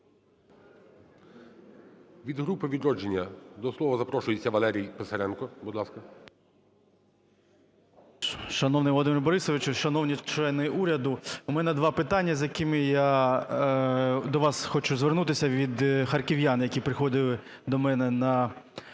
Від групи "Відродження" до слова запрошується Валерій Писаренко. Будь ласка. 10:19:10 ПИСАРЕНКО В.В. Шановний Володимире Борисовичу! Шановні члени уряду! У мене два питання, з якими я до вас хочу звернутися від харків'ян, які приходили до мене на прийом.